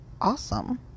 awesome